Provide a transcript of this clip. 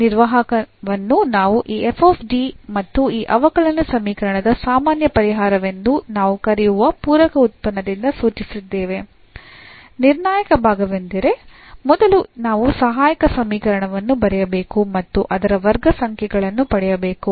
ನಿರ್ವಾಹಕವನ್ನು ನಾವು ಈ ಮತ್ತು ಈ ಅವಕಲನ ಸಮೀಕರಣದ ಸಾಮಾನ್ಯ ಪರಿಹಾರವೆಂದು ನಾವು ಕರೆಯುವ ಪೂರಕ ಉತ್ಪನ್ನದಿಂದ ಸೂಚಿಸಿದ್ದೇವೆ ನಿರ್ಣಾಯಕ ಭಾಗವೆಂದರೆ ಮೊದಲು ನಾವು ಸಹಾಯಕ ಸಮೀಕರಣವನ್ನು ಬರೆಯಬೇಕು ಮತ್ತು ಅದರ ವರ್ಗ ಸಂಖ್ಯೆಗಳನ್ನು ಪಡೆಯಬೇಕು